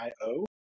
IO